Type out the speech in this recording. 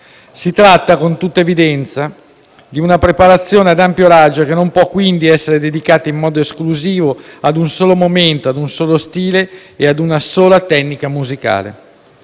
Si tratta, con tutta evidenza, di una preparazione ad ampio raggio che non può, quindi, essere dedicata in modo esclusivo ad un solo momento, ad un solo stile e ad una sola tecnica musicale.